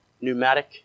pneumatic